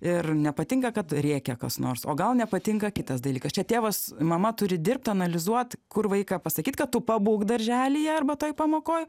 ir nepatinka kad rėkia kas nors o gal nepatinka kitas dalykas čia tėvas mama turi dirbt analizuot kur vaiką pasakyt kad tu pabūk darželyje arba toj pamokoj